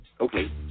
okay